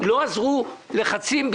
לא עוזרים לחצים.